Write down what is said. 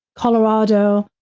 colorado.